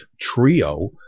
trio